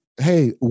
Hey